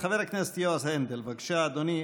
חבר הכנסת יועז הנדל, בבקשה, אדוני.